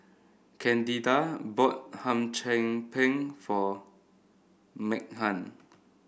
Candida bought Hum Chim Peng for Meaghan